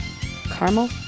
Caramel